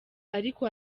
ariko